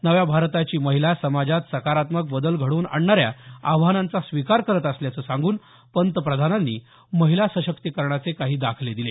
नव्या भारताची महिला समाजात सकारात्मक बदल घडवून आणण्याऱ्या आव्हानांचा स्वीकार करत असल्याचं सांगून पंतप्रधानांनी महिला सशक्तिकरणाचे काही दाखले दिले